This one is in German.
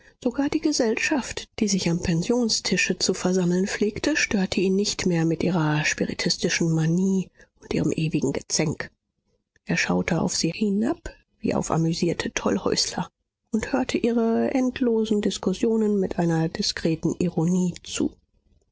sogar die gesellschaft die sich am pensionstische zu versammeln pflegte störte ihn nicht mehr mit ihrer spiritistischen manie und ihrem ewigen gezänk er schaute aus sie hinab wie auf amüsante tollhäusler und hörte ihren endlosen diskussionen mit einer diskreten ironie zu